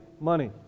Money